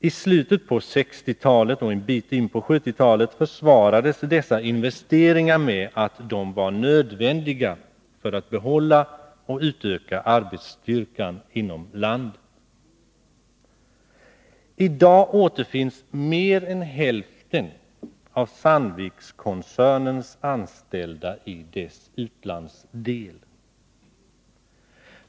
I slutet på 1960-talet och en bit in på 1970-talet försvarades dessa investeringar med att de var nödvändiga för att behålla och utöka arbetsstyrkan inom landet. I dag återfinns mer än hälften av Sandvikskoncernens anställda i dess utlandsdel.